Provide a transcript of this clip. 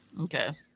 Okay